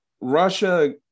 Russia